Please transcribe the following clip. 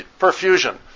perfusion